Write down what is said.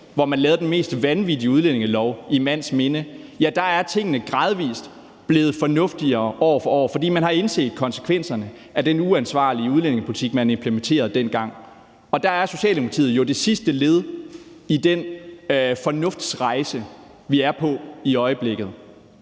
hvor man lavede den mest vanvittige udlændingelov i mands minde, er tingene gradvis blevet fornuftigere år for år, fordi man har indset konsekvenserne af den uansvarlige udlændingepolitik, man implementerede dengang, og at Socialdemokratiet jo er det sidste led i den fornuftsrejse, vi er på i øjeblikket.